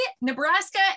Nebraska